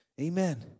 Amen